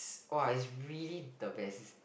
!wah! is really the best